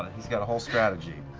he's got a whole strategy.